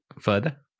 further